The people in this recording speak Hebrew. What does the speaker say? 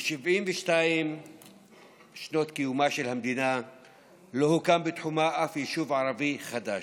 ב-72 שנות קיומה של המדינה לא הוקם בתחומה אף יישוב ערבי חדש,